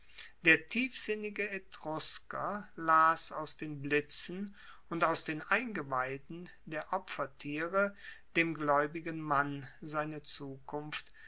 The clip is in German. der tiefsinnige etrusker las aus den blitzen und aus den eingeweiden der opfertiere dem glaeubigen mann seine zukunft